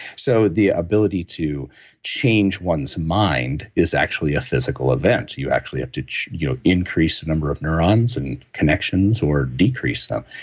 so, the ability to change one's mind is actually a physical event. you actually have to you know increase the number of neurons and connections or decrease them,